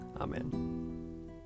Amen